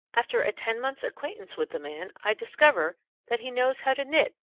after a ten-months' acquaintance with the man, i discover that he knows how to knit,